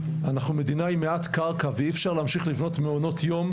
אנחנו מדינה עם מעט קרקע ואי אפשר להמשיך לבנות מעונות יום,